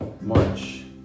March